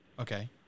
Okay